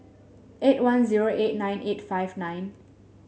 eight one zero eight nine eight five nine